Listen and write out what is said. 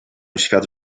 świat